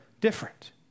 different